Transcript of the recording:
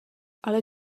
ale